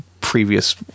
previous